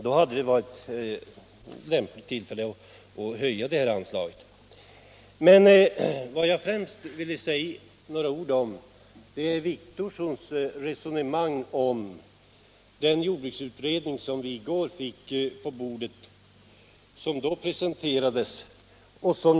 Han hade ju då haft lämpliga tillfällen att höja det här anslaget. Vad jag främst vill säga några ord om är herr Wictorssons resonemang i anslutning till den jordbruksutredning som presenterades i går.